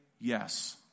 yes